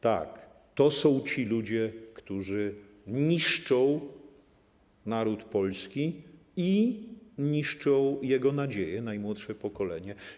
Tak, to są ci ludzie, którzy niszczą naród polski i niszczą jego nadzieję - najmłodsze pokolenie.